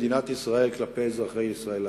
במדינת ישראל כלפי אזרחי ישראל הערבים.